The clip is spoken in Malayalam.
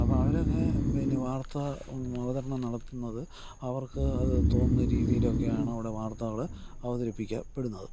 അപ്പോൾ അവരൊക്കെ പിന്നെ വാർത്താ അവതരണം നടത്തുന്നത് അവർക്ക് അത് തോന്നുന്ന രീതിയിലൊക്കെ ആണവിടെ വാർത്തകൾ അവതരിപ്പിക്കപ്പെടുന്നത്